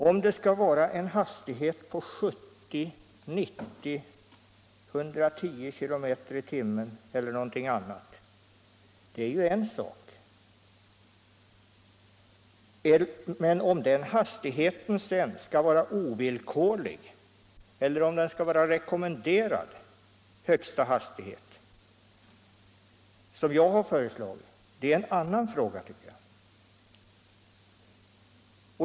Om det skall vara en hastighet på 70, 90 eller 110 km i timmen, eller någon annan hastighet, är ju en sak. Om den hastighetsgränsen sedan skall vara ovillkorlig eller om den skall vara en rekommenderad högsta hastighet, som jag har föreslagit, är en annan fråga.